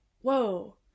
whoa